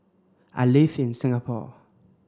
I live in Singapore